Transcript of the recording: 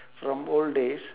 from old days